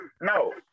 No